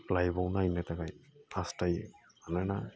लाइभआव नायनो थाखाय हास्थायो मानोना